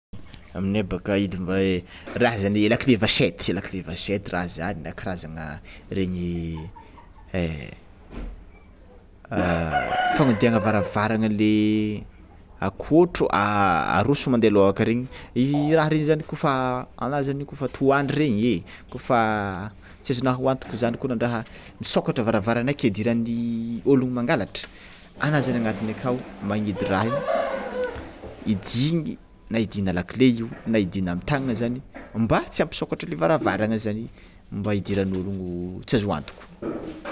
Aminay boka hidinmb- raha zany lakile vachette lakile vachette raha zany, karazana regny fagnodiagna varavaragna le akôtro aroso mandeha alok regny raha regny zagny kofa araha zany kôfa antoandro regny kôfa tsy azonao antoky koa na raha misôkatra varavaranao ke hidiran'ny ologno mpangalatra anao zany agnatiny akao magnidy raha io hidingy na hidina lakile na hidina amy tagnana zany mba tsy ampisokatra le varavarangna zany mba tsy idiran'ny olo tsy azo antoko.